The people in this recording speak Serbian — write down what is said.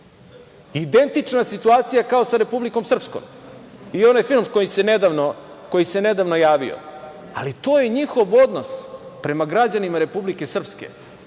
Identična situacija kao sa Republikom Srpskom. I onaj film koji se nedavno javio, ali to je njihov odnos prema građanima Republike Srpske. Mi